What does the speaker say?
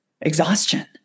exhaustion